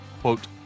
quote